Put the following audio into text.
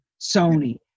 Sony